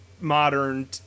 modern